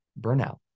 burnout